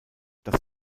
dass